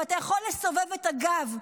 אתה יכול לסובב את הגב.